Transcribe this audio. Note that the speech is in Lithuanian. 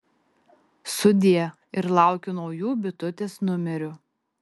sudie ir laukiu naujų bitutės numerių